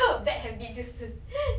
问那些无聊的话